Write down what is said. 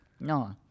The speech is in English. No